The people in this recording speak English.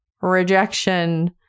rejection